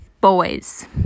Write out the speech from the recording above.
boys